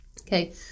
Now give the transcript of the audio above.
Okay